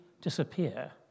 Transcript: disappear